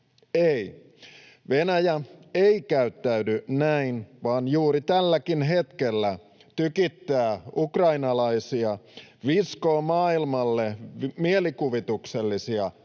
Ei, Venäjä ei käyttäydy näin vaan juuri tälläkin hetkellä tykittää ukrainalaisia, viskoo maailmalle mielikuvituksellisia